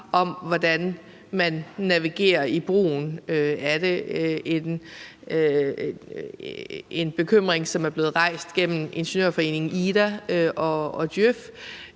til hvordan man navigerer i brugen af det. Det er en bekymring, som er blevet rejst gennem ingeniørforeningen IDA og Djøf,